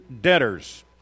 debtors